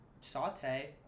saute